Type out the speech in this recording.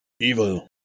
Evil